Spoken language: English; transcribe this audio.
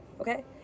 Okay